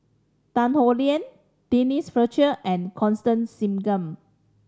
Tan Howe Liang Denise Fletcher and Constance Singam